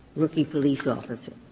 rookie police officer.